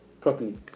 properly